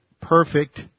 perfect